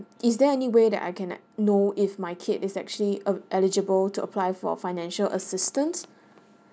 is there any way that I can uh know if my kid is actually uh eligible to apply for financial assistance